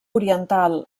oriental